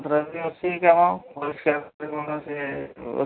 ଡ୍ରେନ୍ର ଅଛି କାମ ପରିଷ୍କାର ପରିମଳ ସେ ଅଛି